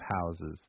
houses